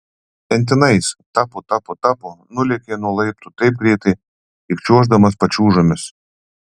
pentinais tapu tapu tapu nulėkė nuo laiptų taip greitai lyg čiuoždamas pačiūžomis